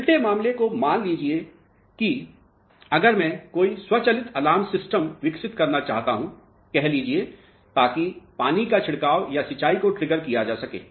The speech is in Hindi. उल्टे मामले को मान लिया जाए तो अगर मैं कोई स्वचालित अलार्म सिस्टम विकसित करना चाहता हूं कह लीजिये ताकि पानी का छिड़काव या सिचाई को ट्रिगर किया जा सके